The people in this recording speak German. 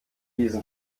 diesen